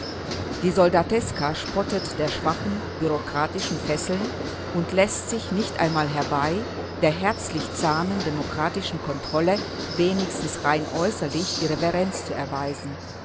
die soldateska spottet der schwachen bureaukratischen fesseln und läßt sich nicht einmal herbei der herzlich zahmen demokratischen kontrolle wenigstens rein äußerlich die reverenz zu erweisen